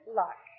luck